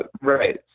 Right